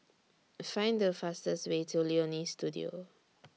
Find The fastest Way to Leonie Studio